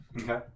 Okay